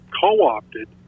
co-opted